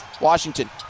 Washington